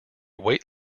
weight